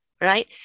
right